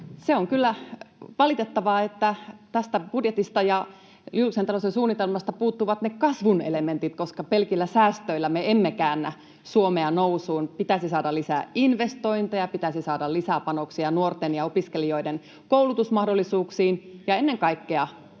Se on kyllä valitettavaa, että tästä budjetista ja julkisen talouden suunnitelmasta puuttuvat kasvun elementit, koska pelkillä säästöillä me emme käännä Suomea nousuun. Pitäisi saada lisää investointeja, pitäisi saada lisää panoksia nuorten ja opiskelijoiden koulutusmahdollisuuksiin, ja ennen kaikkea